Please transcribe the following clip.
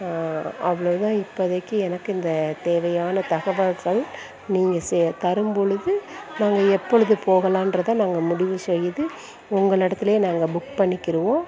அவ்வளோ தான் இப்போதைக்கு எனக்கு இந்த தேவையான தகவல்கள் நீங்கள் தரும் பொழுது நாங்கள் எப்பொழுது போகலான்றதை நாங்கள் முடிவு செய்து உங்களிடத்துலேயே நாங்கள் புக் பண்ணிக்கிவோம்